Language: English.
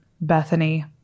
Bethany